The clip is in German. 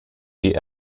die